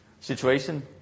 situation